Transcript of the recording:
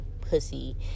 pussy